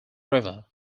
river